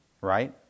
Right